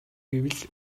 гэвэл